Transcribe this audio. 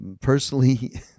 personally